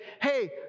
hey